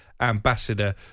ambassador